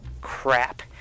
crap